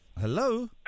Hello